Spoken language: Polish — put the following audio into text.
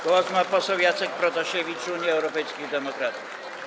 Głos ma poseł Jacek Protasiewicz, Unia Europejskich Demokratów.